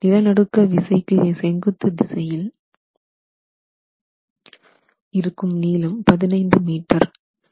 நிலநடுக்க விசைக்கு செங்குத்து திசையில் இருக்கும் நீளம் 15 மீட்டர் ஆகும்